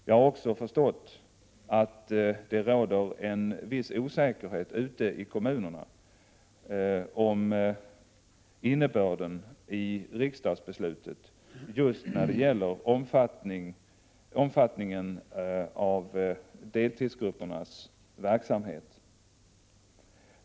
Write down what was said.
Jag har också förstått att det råder en viss osäkerhet i kommunerna om innebörden av riksdagsbeslutet just när det gäller omfattningen av deltidsgruppernas verksamhet.